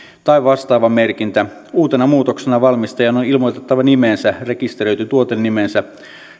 tai vastaava merkintä uutena muutoksena valmistajan on ilmoitettava nimensä rekisteröity tuotenimensä